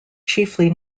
chiefly